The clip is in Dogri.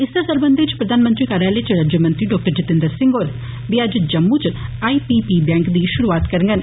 इस्सै सरबंधै इच प्रधानमंत्री कार्यालय इच राज्यमंत्री डॉ जितेंद्र सिंह हारे बी अज्ज जम्मू इच बाई पी पी बैंक दी शुरूआत करंडन